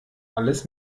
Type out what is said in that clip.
alles